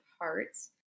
hearts